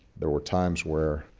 there were times where,